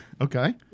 okay